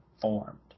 formed